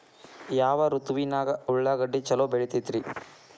ಯಾವ ಋತುವಿನಾಗ ಉಳ್ಳಾಗಡ್ಡಿ ಛಲೋ ಬೆಳಿತೇತಿ ರೇ?